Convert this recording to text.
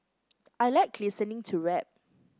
I like listening to rap